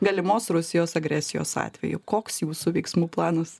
galimos rusijos agresijos atveju koks jūsų veiksmų planas